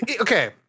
Okay